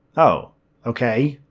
oh ok,